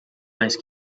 ice